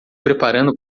preparando